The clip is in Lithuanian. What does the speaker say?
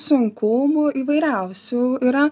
sunkumų įvairiausių yra